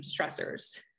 stressors